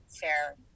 fair